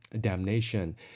damnation